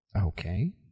Okay